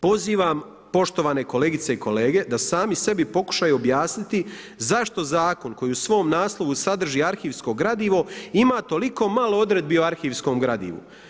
Pozivam poštovane kolegice i kolege da sami sebi pokušaju objasniti zašto Zakon koji u svom naslovu sadrži arhivsko gradivo ima toliko malo odredbi o arhivskom gradivu.